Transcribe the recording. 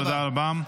תודה רבה.